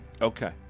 Okay